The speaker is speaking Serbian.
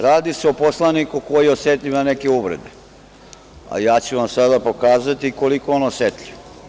Radi se o poslaniku koji je osetljiv na neke uvrede, a ja ću vam sada pokazati koliko je on osetljiv.